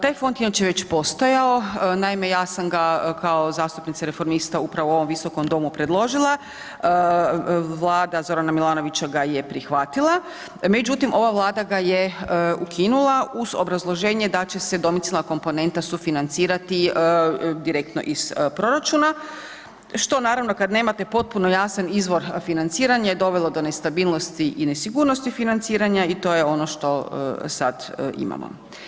Taj Fond je inače već postojao, naime ja sam ga kao zastupnica Reformista upravo u ovom visokom domu predložila, Vlada Zorana Milanovića ga je prihvatila, međutim ova Vlada ga je ukinula uz obrazloženje da će se domicilna komponenta sufinancirati direktno iz proračuna, što naravno kada nemate potpuno jasan izvor financiranja je dovelo do nestabilnosti i nesigurnosti financiranja i to je ono što sad imamo.